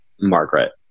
Margaret